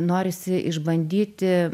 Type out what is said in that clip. norisi išbandyti